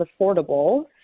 affordable